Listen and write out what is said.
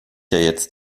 jetzt